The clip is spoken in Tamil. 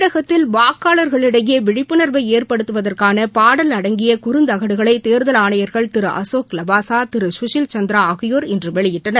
தமிழகத்தில் வாக்காளர்களிடையே விழிப்புணர்வை ஏற்படுத்துவதற்காள பாடல் அடங்கிய குறுந்தகடுகளை தேர்தல் ஆணையர்கள் திரு அசோக் லவாசா திரு சுஷீல் சந்திரா ஆகியோர் இன்று வெளியிட்டனர்